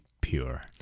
pure